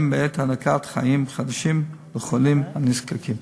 בעת הענקת חיים חדשים לחולים הנזקקים.